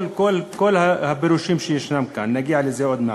כל הפירושים שיש כאן, נגיע לזה עוד מעט.